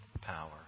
power